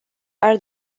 are